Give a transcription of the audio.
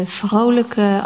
vrolijke